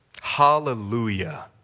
Hallelujah